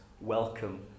welcome